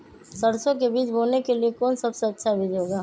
सरसो के बीज बोने के लिए कौन सबसे अच्छा बीज होगा?